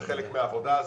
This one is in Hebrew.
זה חלק מהעבודה הזאת.